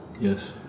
Yes